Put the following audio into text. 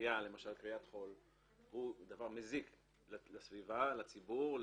שבכריית חול לסביבה, לציבור,